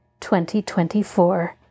2024